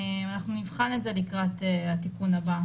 אנחנו נבחן את זה לקראת התיקון הבא.